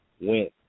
went